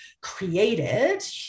created